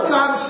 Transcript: God